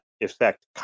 effect